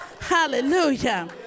hallelujah